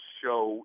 show